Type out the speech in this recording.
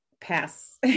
pass